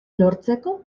lortzeko